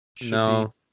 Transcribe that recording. No